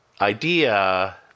idea